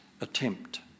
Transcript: attempt